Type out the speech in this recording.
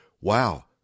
wow